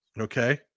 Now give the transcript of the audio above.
Okay